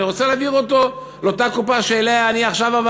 אני רוצה להעביר אותו לקופה שאליה עברתי.